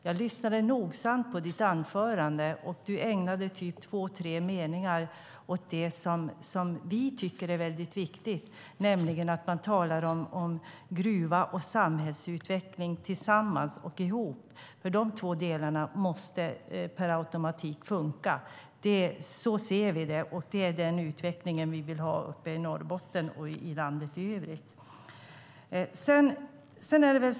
Jag lyssnade nogsamt på hans anförande, och han ägnade två tre meningar åt det vi socialdemokrater tycker är väldigt viktigt, nämligen gruva och samhällsutveckling tillsammans och ihop. Dessa två delar måste ju per automatik funka. Så ser vi det, och det är den utvecklingen vi vill ha i Norrbotten och i landet i övrigt.